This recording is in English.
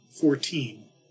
fourteen